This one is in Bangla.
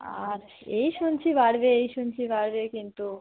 আছ এই শুনছি বাড়বে এই শুনছি বাড়বে কিন্তু